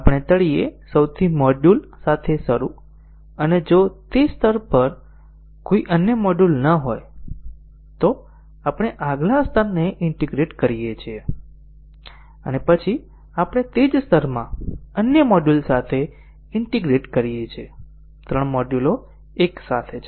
આપણે તળિયે સૌથી મોડ્યુલ સાથે શરૂ અને જો તે સ્તર પર કોઈ અન્ય મોડ્યુલ ન હોય તો આપણે આગલા સ્તરને ઈન્ટીગ્રેટ કરીએ છીએ અને પછી આપણે તે જ સ્તરમાં અન્ય મોડ્યુલ સાથે ઈન્ટીગ્રેટ કરીએ છીએ ત્રણ મોડ્યુલો એકસાથે છે